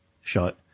shot